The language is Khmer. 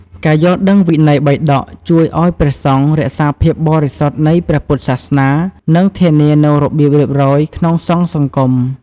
ការយល់ដឹងវិន័យបិដកជួយឱ្យព្រះសង្ឃរក្សាភាពបរិសុទ្ធនៃព្រះពុទ្ធសាសនា និងធានានូវរបៀបរៀបរយក្នុងសង្ឃសង្គម។